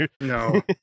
No